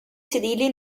sedili